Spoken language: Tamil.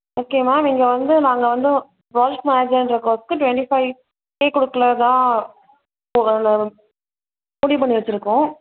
ஓகே மேம் இங்கே வந்து நாங்கள் வந்து ப்ராஜெக்ட் மேனேஜர்ங்ற போஸ்டுக்கு டுவெண்ட்டி ஃபைவ் கே கொடுக்கலாம் தான் போல் முடிவு பண்ணி வச்சுருக்கோம்